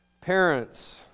Parents